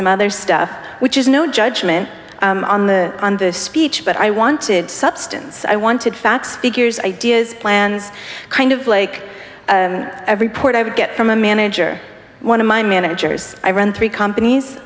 some other stuff which is no judgment on the on the speech but i wanted substance i wanted facts figures ideas plans kind of like every port i would get from a manager one of my managers i run three companies